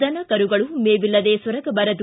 ದನ ಕರುಗಳು ಮೇವಿಲ್ಲದೇ ಸೊರಗಬಾರದು